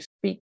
speak